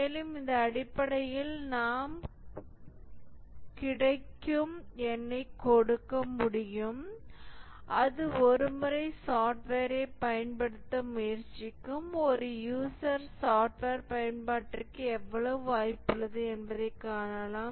மேலும் இதன் அடிப்படையில் நாம் ஒரு கிடைக்கும் எண்ணை கொடுக்க முடியும் இது ஒரு முறை சாப்ட்வேரைப் பயன்படுத்த முயற்சிக்கும் ஒரு யூசர் சாப்ட்வேர் பயன்பாட்டிற்கு எவ்வளவு வாய்ப்புள்ளது என்பதைக் காணலாம்